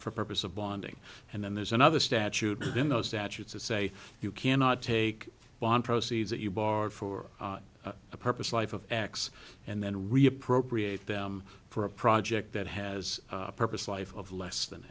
purpose of bonding and then there's another statute in those statutes that say you cannot take one proceeds that you borrowed for a purpose life of x and then reappropriate them for a project that has a purpose life of less than